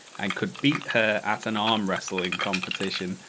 and could beat her at an arm wrestling competition,